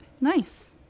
Nice